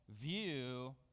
view